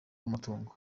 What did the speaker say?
amatungo